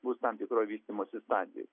bus tam tikroj vystymosi stadijoj